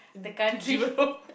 the country